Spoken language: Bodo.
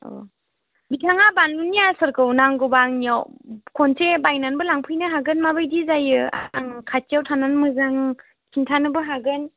अ बिथाङा बानलुनि आसारखौ नांगौबा आंनियाव खनसे बायनानैबो लांफैनो हागोन माबायदि जायो आं खाथियाव थानानै मोजां खिन्थानोबो हागोन